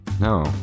no